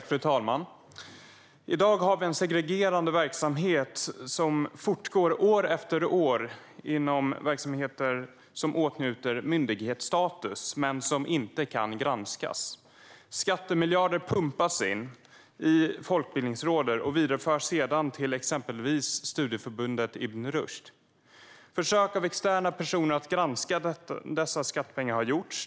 Fru talman! I dag har vi en segregerande verksamhet som fortgår år efter år inom verksamheter som åtnjuter myndighetsstatus men som inte kan granskas. Skattemiljarder pumpas in i Folkbildningsrådet som sedan förs vidare till exempelvis studieförbundet Ibn Rushd. Försök från externa personer att granska dessa skattepengar har gjorts.